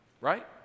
right